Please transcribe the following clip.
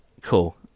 cool